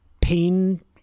pain